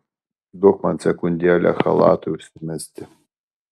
duok man sekundėlę chalatui užsimesti